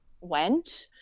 went